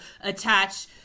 attach